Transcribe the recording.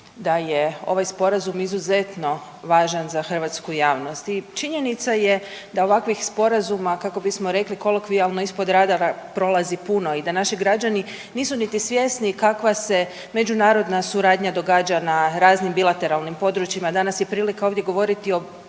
da je ovaj Sporazum izuzetno važan za hrvatski javnost i činjenica je da ovakvih sporazuma, kako bismo rekli kolokvijalno, ispod radara prolazi puno i da naši građani nisu niti svjesni kakva se međunarodna suradnja događa na raznim bilateralnim područjima. Danas je prilika ovdje govoriti o